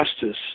justice